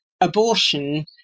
abortion